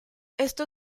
esto